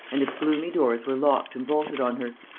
and its gloomy doors were locked and bolted on her.